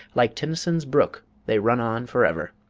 like tennyson's brook, they run on forever.